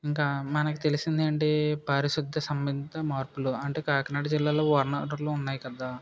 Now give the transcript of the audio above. ఇంకా మనకు తెలిసింది ఏంటి పారిశుద్ద సంబంధిత మార్పులు అంటే కాకినాడ జిల్లాలో వనరులు ఉన్నాయి కదా